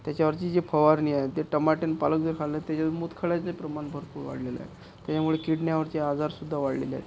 त्याच्यावरची जी फवारणी आहे ते टमाटर आणि पालक खाल्लं तर त्याच्यामुळे मूतखड्याचे प्रमाण भरपूर वाढलेले आहे त्याच्यामुळे किडन्यांवरचे आजारसुद्धा वाढलेले आहेत